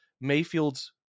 Mayfield's